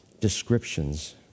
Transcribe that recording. descriptions